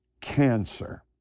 Cancer